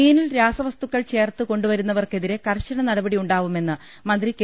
മീനിൽ രാസവസ്തുക്കൾ ചേർത്ത് കൊണ്ടുവരുന്നവർക്കെതിരെ കർശന നടപടിയുണ്ടാവുമെന്ന് മന്ത്രി കെ